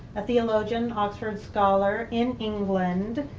a theologian, oxford scholar in england,